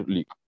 League